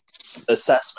assessment